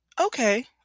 Okay